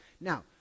Now